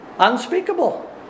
unspeakable